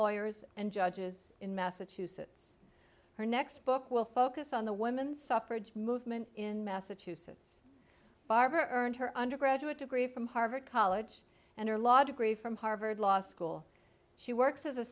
lawyers and judges in massachusetts her next book will focus on the women's suffrage movement in massachusetts barbara earned her undergraduate degree from harvard college and her law degree from harvard law school she works as a